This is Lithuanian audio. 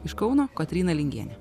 iš kauno kotryna lingienė